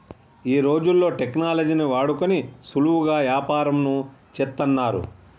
ఈ రోజుల్లో టెక్నాలజీని వాడుకొని సులువుగా యాపారంను చేత్తన్నారు